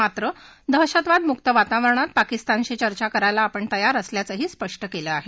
मात्र दहशतवाद मुक्त वातावरणात पाकिस्तानाशी चर्चा करायला आपण तयार असल्याचंही स्पष्ट केलं आहे